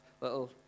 little